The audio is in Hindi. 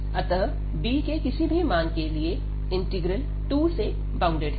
अतः b के किसी भी मान के लिए इंटीग्रल 2 से बाउंडेड है